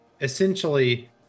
essentially